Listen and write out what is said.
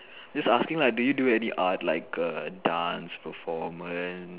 just asking lah do you do any art like err dance performance